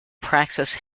praxis